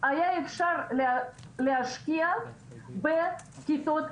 היה אפשר להשקיע בכיתות קטנות,